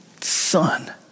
son